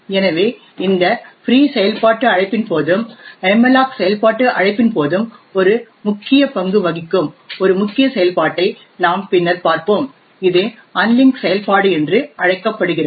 எனவே இந்த ஃப்ரீ செயல்பாட்டு அழைப்பின் போதும் மல்லோக் செயல்பாட்டு அழைப்பின் போதும் ஒரு முக்கிய பங்கு வகிக்கும் ஒரு முக்கிய செயல்பாட்டை நாம் பின்னர் பார்ப்போம் இது அன்லிங்க் செயல்பாடு என்று அழைக்கப்படுகிறது